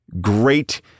great